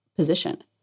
position